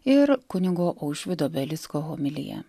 ir kunigo aušvydo belicko homilija